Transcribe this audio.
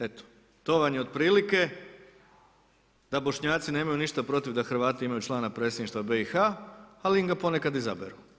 Eto, to vam je otprilike da Bošnjaci nemaju ništa protiv da Hrvati imaju člana predsjedništva BiH, ali im ga ponekad izaberu.